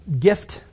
gift